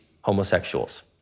homosexuals